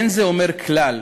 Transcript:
אין זה אומר כלל